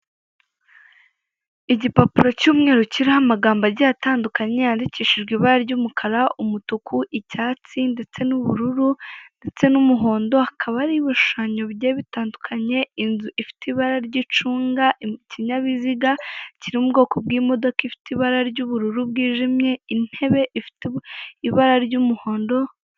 Igipapuro cy'umweru kiriho amagambo agiye atandukanye yandikishijwe ibara ry'umukara, umutuku, icyatsi ndetse n'ubururu ndetse n'umuhondo, hakaba hariho ibishushanyo bigiye bitandukanye, inzu ifite ibara ry'icunga, ikinyabiziga kiri mu bwoko bw'imodoka ifite ibara ry'ubururu bwijimye, intebe ifite ibara ry'umuhondo.